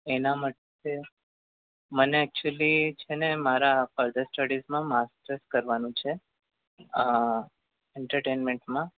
એના માટે મને એક્ચુલી છે મને મારા ફર્ધર સ્ટડીઝમાં માસ્ટર્સ કરવાનું છે એન્ટરટેઈનમેન્ટમાં